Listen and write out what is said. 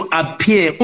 appear